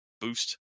boost